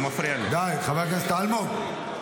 די, חבר הכנסת אלמוג.